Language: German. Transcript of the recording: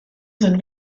sind